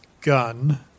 gun